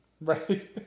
Right